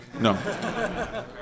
No